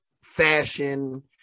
fashion